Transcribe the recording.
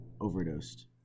overdosed